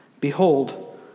Behold